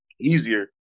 easier